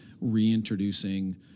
Reintroducing